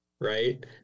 Right